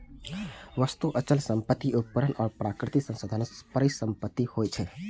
वस्तु, अचल संपत्ति, उपकरण आ प्राकृतिक संसाधन परिसंपत्ति होइ छै